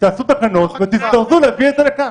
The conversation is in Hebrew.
תעשו תקנות ותצטרכו להביא את זה לכאן.